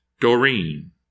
Doreen